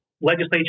legislature